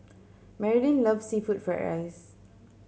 Marylin loves seafood fried rice